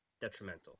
detrimental